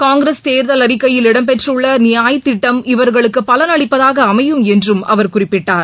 காங்கிரஸ் தேர்தல் அறிக்கையில் இடம்பெற்றுள்ளநியாய் திட்டம் இவர்களுக்குபலனளிப்பதாகஅமையும் என்றும் அவர் குறிப்பிட்டார்